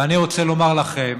ואני רוצה לומר לכם,